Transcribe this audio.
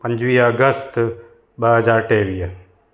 पंजुवीह अगस्त ॿ हज़ार टेवीह